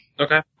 Okay